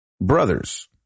Brothers